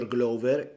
Glover